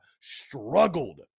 struggled